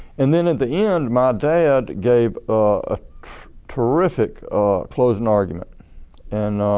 and then at the end, my dad gave a terrific closing argument and